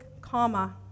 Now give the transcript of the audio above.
comma